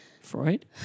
Freud